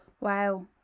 wow